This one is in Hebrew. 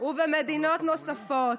ובמדינות נוספות.